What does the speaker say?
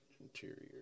Interior